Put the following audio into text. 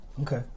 Okay